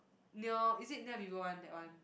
near is it near Vivo one that one